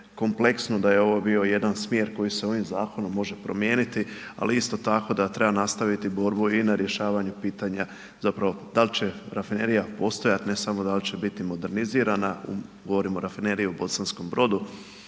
kompleksno, da je ovo bio jedan smjer koji se ovim Zakonom može promijeniti, ali isto tako da treba nastaviti borbu i na rješavanju pitanja, zapravo dal' će rafinerija postojati, ne samo dal' će biti modernizirana, govorimo o rafineriji u Bosanskom Brodu,